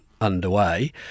underway